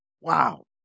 Wow